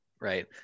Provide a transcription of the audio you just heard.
Right